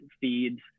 feeds